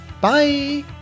Bye